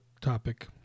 topic